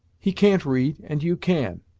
he can't read, and you can.